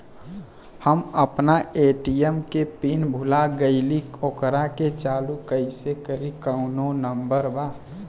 हम अपना ए.टी.एम के पिन भूला गईली ओकरा के चालू कइसे करी कौनो नंबर बा?